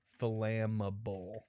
flammable